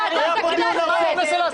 כל הזמן בוועדת הכנסת.